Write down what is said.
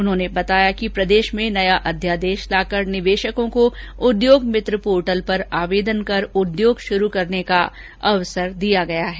उन्होंने बताया कि राज्य में नया अध्यादेश लाकर निवेशकों को उद्योग मित्रा पोर्टल पर आवेदन कर उद्योग शुरु करने का अवसर दिया गया है